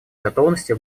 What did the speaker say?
готовности